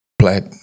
black